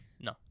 No